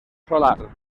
solar